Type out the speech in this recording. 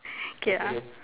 K lah